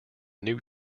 new